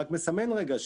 מסמן רגע,